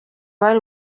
bari